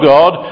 God